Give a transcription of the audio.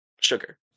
sugar